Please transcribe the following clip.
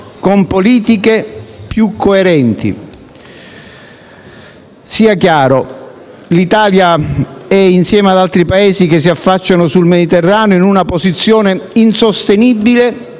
con politiche più coerenti. Sia chiaro, l'Italia è, insieme ad altri Paesi che si affacciano sul Mediterraneo, in una posizione insostenibile